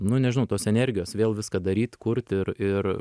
nu nežinau tos energijos vėl viską daryt kurt ir ir